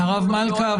אפילו לא --- הרב מלכא,